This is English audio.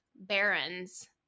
Baron's